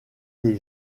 thé